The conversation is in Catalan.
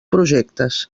projectes